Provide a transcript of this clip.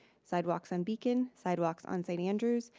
sidewalks on beacon. sidewalks on st. andrews.